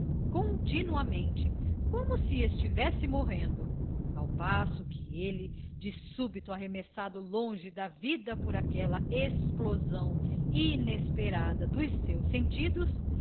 continuamente como se estivesse morrendo ao passo que ele de súbito arremessado longe da vida por aquela explosão inesperada dos seus sentidos